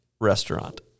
restaurant